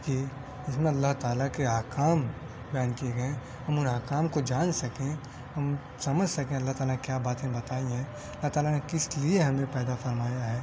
کہ اس میں اللّہ تعالیٰ کے احکام بیان کیے گیے ہیں ہم ان احکام کو جان سکیں ہم سمجھ سکیں اللّہ تعالیٰ کیا باتیں بتائی ہیں اللّہ تعالیٰ نے کس لیے ہمیں پیدا فرمایا ہے